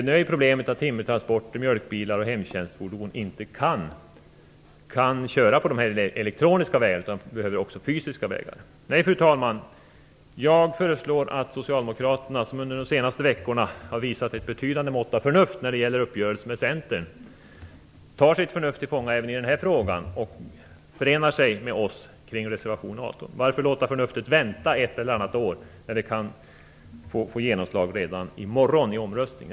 Nu är problemet att timmertransporter, mjölkbilar och hemtjänstfordon inte kan köra på de elektroniska vägarna. De behöver också fysiska vägar. Nej, fru talman, jag föreslår att socialdemokraterna, som under de senaste veckorna har visat ett betydande mått av förnuft när det gäller uppgörelsen med Centern, tar sitt förnuft till fånga även i den här frågan och förenar sig med oss kring reservation 18. Varför låta förnuftet vänta ett eller annat år, när det kan få genomslag redan i morgon i omröstningen?